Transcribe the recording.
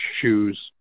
shoes